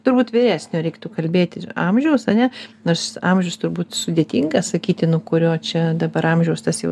turbūt vyresnio reiktų kalbėti ir amžiaus ane nors amžius turbūt sudėtinga sakyti nuo kurio čia dabar amžiaus tas jau